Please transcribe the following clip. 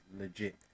legit